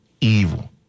evil